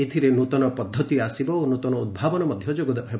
ଏଥିରେ ନୃତନ ପଦ୍ଧତି ଆସିବ ଓ ନୃତନ ଉଭାବନ ମଧ୍ୟ ଯୋଗ ହେବ